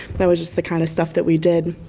that was just the kind of stuff that we did.